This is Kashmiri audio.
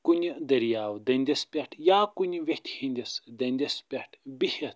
کُنہِ دٔریاو دٔنٛدِس پٮ۪ٹھ یا کُنہِ ویٚتھِ ہٕنٛدِس دٔنٛدِس پٮ۪ٹھ بِہِتھ